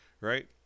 right